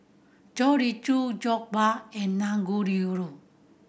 Chorizo Jokbal and Dangojiru